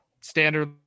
standard